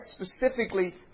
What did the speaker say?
specifically